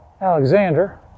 Alexander